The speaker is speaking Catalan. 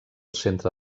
centre